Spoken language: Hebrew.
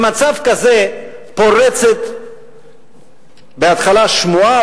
במצב כזה פורצת בהתחלה שמועה,